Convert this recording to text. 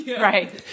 Right